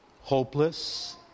hopeless